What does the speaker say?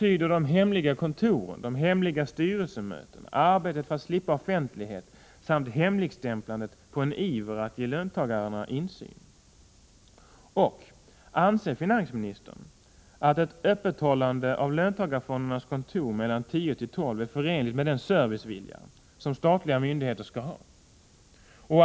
Tyder de hemliga kontoren, de hemliga styrelsemötena, arbetet för att slippa offentlighet samt hemligstämplandet på en iver att ge löntagarna insyn? 2. Anser finansministern, att ett öppethållande av löntagarfondernas kontor kl. 10-12 är förenligt med den servicevilja som statliga myndigheter skall ha? 3.